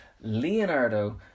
Leonardo